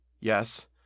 Yes